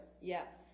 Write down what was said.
yes